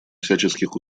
всяческих